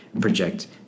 project